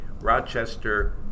Rochester